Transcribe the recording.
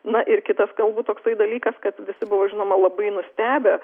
na ir kitas galbūt toksai dalykas kad visi buvo žinoma labai nustebę